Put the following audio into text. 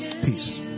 Peace